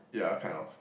yeah kind of